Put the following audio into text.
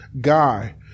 guy